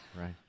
Right